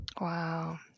Wow